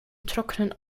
trocknen